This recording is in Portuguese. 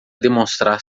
demonstrar